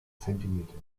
zentimetern